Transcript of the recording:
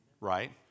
right